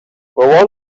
were